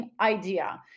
idea